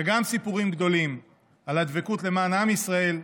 וגם סיפורים גדולים על הדבקות למען עם ישראל,